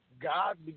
God